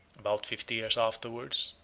about fifty years afterwards,